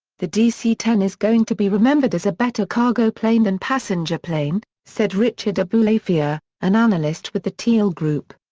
the dc ten is going to be remembered as a better cargo plane than passenger plane, said richard aboulafia, an analyst with the teal group.